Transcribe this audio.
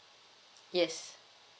yes